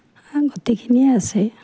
গোটেইখিনিয়েই আছে